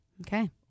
Okay